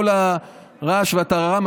כל הרעש והטררם,